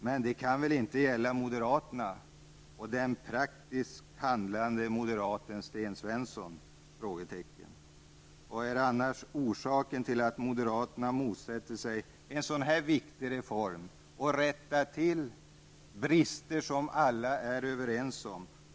Men det kan väl inte gälla moderaterna och den praktiskt handlande moderaten Sten Vad är annars orsaken till att moderaterna motsätter sig en så viktig reform, som är ägnad att avhjälpa de brister som alla är överens om existerar?